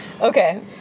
Okay